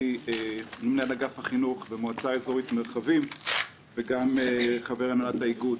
אני מנהל אגף החינוך במועצה האזורית מרחבים וגם חבר הנהלת האיגוד.